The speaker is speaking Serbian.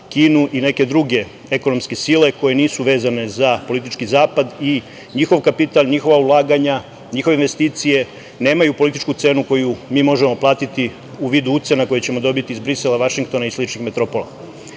i neke druge ekonomske sile koje nisu vezane za politički zapad i njihov kapital, njihova ulaganja, njihove investicije, nemaju političku cenu koju mi možemo platiti u vidu ucena koje ćemo dobiti iz Brisela, Vašingtona i sličnih metropola?